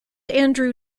andrew